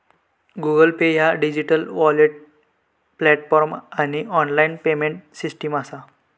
Google Pay ह्या digital wallet platform आणि online payment system असा